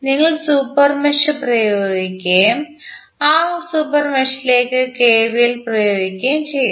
നിങ്ങൾ super mesh ഉപയോഗിക്കുകയും ആ സൂപ്പർ മെഷിലേക്ക് കെവിഎൽ പ്രയോഗിക്കുകയും ചെയ്യും